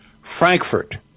Frankfurt